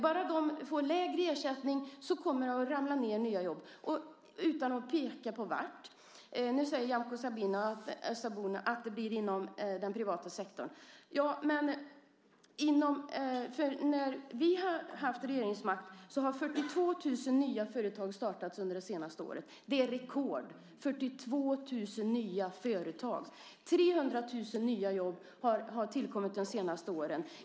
Bara de får lägre ersättning så kommer det att ramla ned nya jobb, utan att man pekar på var. Nu säger Nyamko Sabuni att det blir inom den privata sektorn. När vi har haft regeringsmakt har 42 000 nya företag startats under det senaste året. Det är rekord - 42 000 nya företag. 300 000 nya jobb har tillkommit de senaste åren.